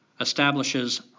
establishes